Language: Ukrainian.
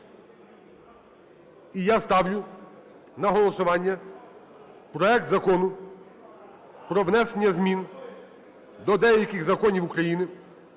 І я ставлю на голосування проект Закону про внесення змін до деяких законів України